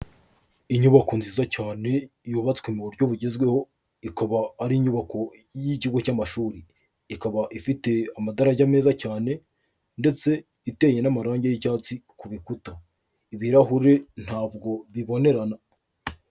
Inyubako nziza cyane yubatswe mu buryo bugezweho ikaba ari inyubako y'ikigo cy'amashuri, ikaba ifite amadarajya meza cyane ndetse iteye n'amarangi y'icyatsi ku bikuta, ibirahurie ntabwo bibonerana.